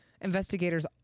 Investigators